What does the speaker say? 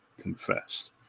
confessed